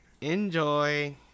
enjoy